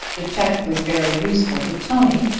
the check was very useful to tony,